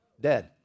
dead